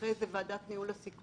אחרי זה ועדת ניהול סיכונים,